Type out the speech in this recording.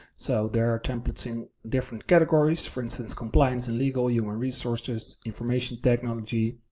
so there are templates in different categories, for instance, compliance and legal, human resources, information technology,